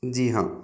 जी हाँ